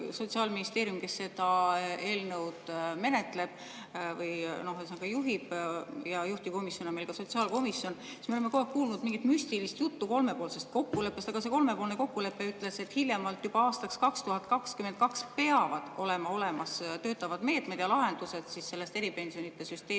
Sotsiaalministeeriumilt, kes seda eelnõu juhib, ja juhtivkomisjonilt, milleks meil on sotsiaalkomisjon, me oleme kogu aeg kuulnud mingit müstilist juttu kolmepoolsest kokkuleppest. Aga see kolmepoolne kokkulepe ütles, et hiljemalt aastaks 2022 peavad olemas olema töötavad meetmed ja lahendused sellest eripensionide süsteemist